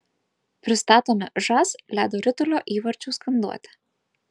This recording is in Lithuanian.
pristatome žas ledo ritulio įvarčių skanduotę